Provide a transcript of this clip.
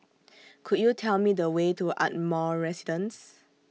Could YOU Tell Me The Way to Ardmore Residence